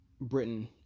Britain